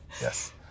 Yes